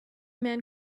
man